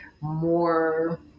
more